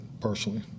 personally